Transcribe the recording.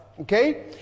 okay